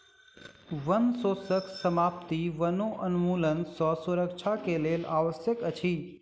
वनक शोषण समाप्ति वनोन्मूलन सँ सुरक्षा के लेल आवश्यक अछि